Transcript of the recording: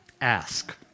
Ask